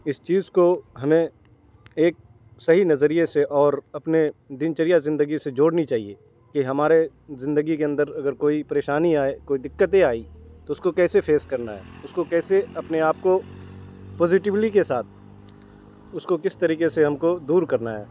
اس چیز کو ہمیں ایک صحیح نظریے سے اور اپنے دن چڑھیا زندگی سے جوڑنی چاہیے کہ ہمارے زندگی کے اندر اگر کوئی پریشانی آئے کوئی دقتیں آئیں تو اس کو کیسے فیس کرنا ہے اس کو کیسے اپنے آپ کو پوزیٹولی کے ساتھ اس کو کس طریقے سے ہم کو دور کرنا ہے